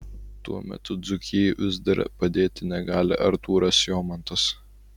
tuo metu dzūkijai vis dar padėti negali artūras jomantas